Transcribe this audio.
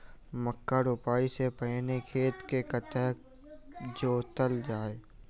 मक्का रोपाइ सँ पहिने खेत केँ कतेक जोतल जाए?